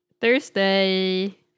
Thursday